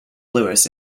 lewis